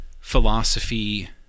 philosophy